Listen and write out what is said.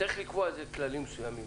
צריך לקבוע כללים מסוימים.